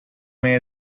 may